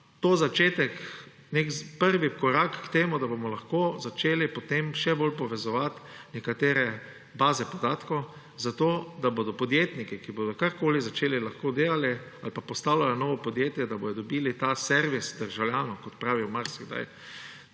to začetek, nek prvi korak k temu, da bomo lahko začeli potem še bolj povezovati nekatere baze podatkov, zato da bodo podjetniki, ki bodo karkoli začeli, lahko delali ali pa postavljali novo podjetje, da bojo dobili ta servis – državljanov, kot pravijo marsikdaj